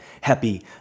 happy